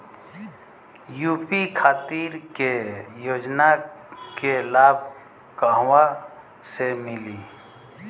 UP खातिर के योजना के लाभ कहवा से मिली?